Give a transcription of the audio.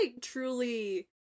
truly